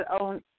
own